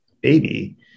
baby